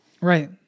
Right